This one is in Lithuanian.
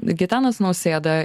gitanas nausėda